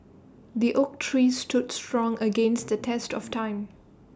the oak tree stood strong against the test of time